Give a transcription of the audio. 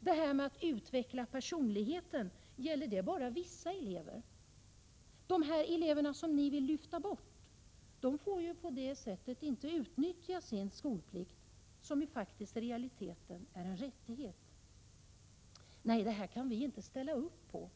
Det här med att utveckla personligheten, gäller det bara vissa elever? De elever som ni vill lyfta bort får ju på det sättet inte utnyttja sin skolplikt, som ju i realiteten är en rättighet. Nej, detta kan vi inte ställa upp på.